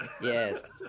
Yes